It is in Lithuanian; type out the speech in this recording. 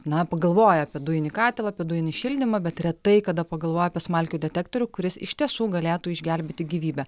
na pagalvoja apie dujinį katilą apie dujinį šildymą bet retai kada pagalvoja apie smalkių detektorių kuris iš tiesų galėtų išgelbėti gyvybę